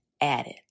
added